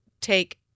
take